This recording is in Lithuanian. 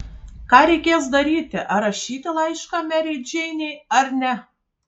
ką reikės daryti ar rašyti laišką merei džeinei ar ne